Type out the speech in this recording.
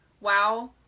wow